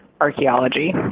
archaeology